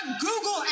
Google